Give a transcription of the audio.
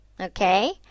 Okay